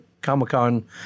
Comic-Con